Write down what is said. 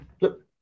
look